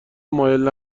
مایل